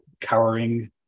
cowering